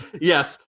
Yes